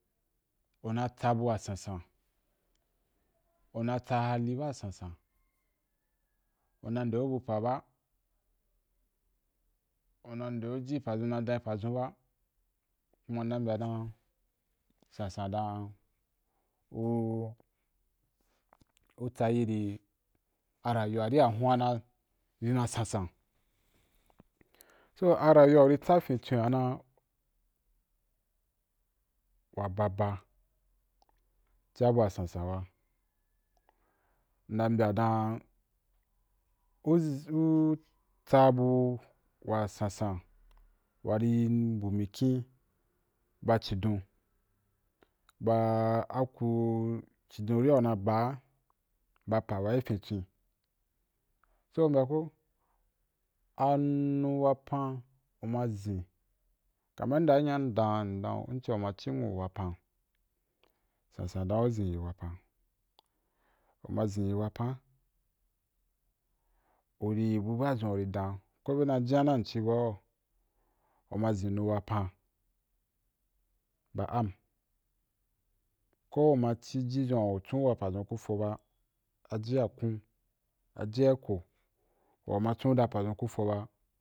Una tsa bu a sansan, u na tsa hali ba sansan una nde o bu pa ba, u na nde o ji pazun na dan yi pazun ba kuma nna mbya dan sansan dan u, utsa in’ a rayuwa ri’ a húna i na sansan, su a rayuwa uri tsa fintwen a na wa baba ci ya bua sansan ba nna nbya dan u zin u tsa bu wa sansan warí mbu mikyin ba chìdon ba aku chidon ri a una ba pa wa i fintwen so ubya ko anu wapan uma zin kaman yenda a hín a ndan dan in ci a u ma ci nwu wapan sansan dan u zinyi wa pan u ma zinyi wapan uri yi bu ba zun a uri dan ko be dan jinya na mci ba’u u ma zia nu wapan ba ama ko u ma ci ji zu u chon wa pazun ku fo ba aji ya kun ajiya iko wa u ma chon dan pa ku fo ba